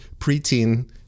preteen